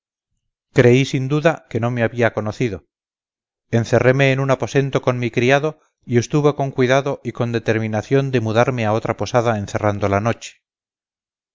creí sin duda que no me había conocido encerréme en un aposento con mi criado y estuve con cuidado y con determinación de mudarme a otra posada en cerrando la noche